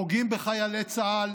פוגעים בחיילי צה"ל,